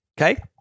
Okay